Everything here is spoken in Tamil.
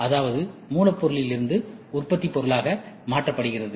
அதாவது மூலப் பொருளிலிருந்து உற்பத்தி பொருளாக மாற்றப்படுகிறது